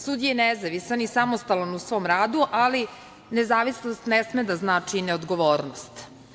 Sud je nezavisan i samostalan u svom radu, ali nezavisnost ne sme da znači neodgovornost.